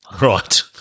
Right